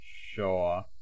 sure